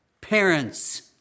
Parents